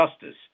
justice